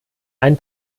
ein